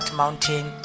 mountain